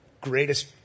greatest